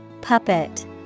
Puppet